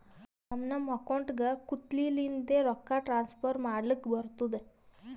ನಮ್ ನಮ್ ಅಕೌಂಟ್ಗ ಕುಂತ್ತಲಿಂದೆ ರೊಕ್ಕಾ ಟ್ರಾನ್ಸ್ಫರ್ ಮಾಡ್ಲಕ್ ಬರ್ತುದ್